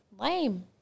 Lame